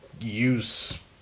use